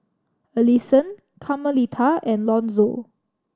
Allisson Carmelita and Lonzo